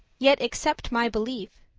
yet accepte my believe.